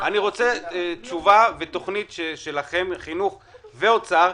מה התכנית שלכם ושל האוצר,